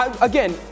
Again